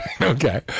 Okay